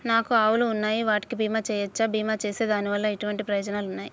నాకు ఆవులు ఉన్నాయి వాటికి బీమా చెయ్యవచ్చా? బీమా చేస్తే దాని వల్ల ఎటువంటి ప్రయోజనాలు ఉన్నాయి?